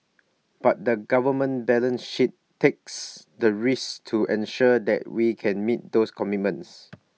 but the government balance sheet takes the risk to ensure that we can meet those commitments